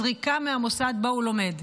זריקה מהמוסד שבו הוא לומד.